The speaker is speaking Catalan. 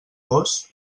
gos